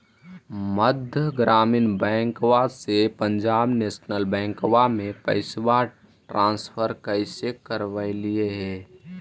मध्य ग्रामीण बैंकवा से पंजाब नेशनल बैंकवा मे पैसवा ट्रांसफर कैसे करवैलीऐ हे?